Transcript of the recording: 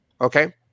Okay